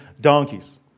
donkeys